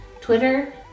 Twitter